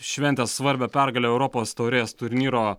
šventęs svarbią pergalę europos taurės turnyro